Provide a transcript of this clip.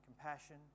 Compassion